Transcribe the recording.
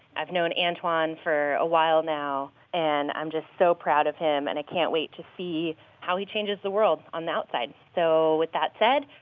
i've known antwan for a while now, and i'm just so proud of him and i can't wait to see how he changes the world on the outside. so, with that said,